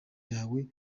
yawe